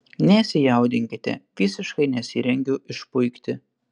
nesijaudinkite visiškai nesirengiu išpuikti